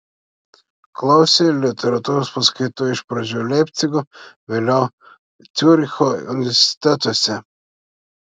klausė literatūros paskaitų iš pradžių leipcigo vėliau ciuricho universitetuose